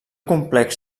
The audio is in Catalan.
complex